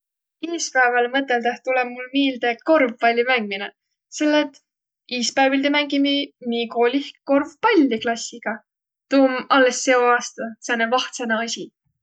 Iispääväle mõtõldõh tulõ mul miilde korvpallimängmine, selle et iispäivilde mängimi mi koolih korvpalli klassiga. Tuu om allõs seo aasta sääne vahtsõnõ asi.